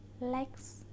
legs